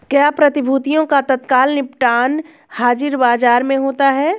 क्या प्रतिभूतियों का तत्काल निपटान हाज़िर बाजार में होता है?